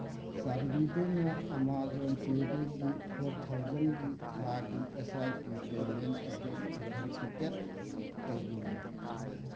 ꯆꯥꯟꯕꯤꯗꯨꯅ ꯑꯃꯥꯖꯣꯟ ꯄꯦꯗꯒꯤ ꯐꯣꯔ ꯊꯥꯎꯖꯟꯒꯤ ꯊꯥꯒꯤ ꯑꯦꯁ ꯑꯥꯏ ꯄꯤ ꯄꯦꯃꯦꯟ ꯑꯗꯨ ꯑꯣꯊꯦꯟꯇꯤꯀꯦꯠ ꯇꯧꯕꯤꯌꯨ